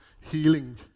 healing